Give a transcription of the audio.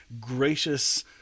gracious